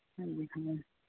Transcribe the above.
ᱦᱮᱸ ᱦᱮᱸ